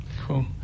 Cool